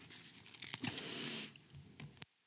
Kiitos,